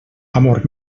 amor